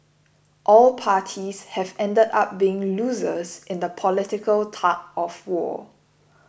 all parties have ended up being losers in the political tug of war